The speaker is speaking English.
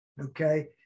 Okay